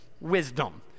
wisdom